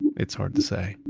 it's hard to say.